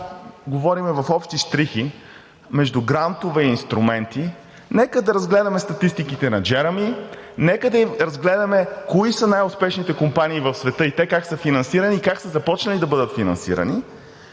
говорим в общи щрихи между грантове и инструменти, нека да разгледаме статистиките на „Джереми“, нека да разгледаме кои са най-успешните компании в света – те как са финансирани и как са започнали да бъдат финансирани.